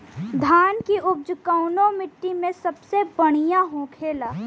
धान की उपज कवने मिट्टी में सबसे बढ़ियां होखेला?